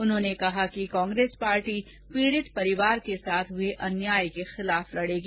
उन्होंने कहा कि कांग्रेस पार्टी पीड़ित परिवार के साथ हए अन्याय के खिलाफ लड़ेगी